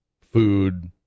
food